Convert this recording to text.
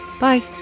Bye